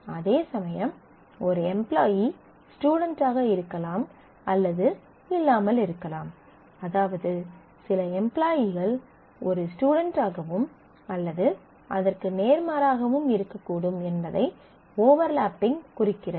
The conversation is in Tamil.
அதேசமயம் ஒரு எம்ப்லாயீ ஸ்டுடென்ட் ஆக இருக்கலாம் அல்லது இல்லாமலிருக்கலாம் அதாவது சில எம்ப்லாயீகள் ஒரு ஸ்டுடென்ட் ஆகவும் அல்லது அதற்கு நேர்மாறாகவும் இருக்கக்கூடும் என்பதை ஓவர்லாப்பிங் குறிக்கிறது